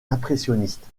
impressionniste